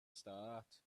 start